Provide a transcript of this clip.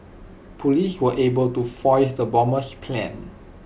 Police were able to foil the bomber's plan